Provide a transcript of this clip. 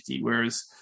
Whereas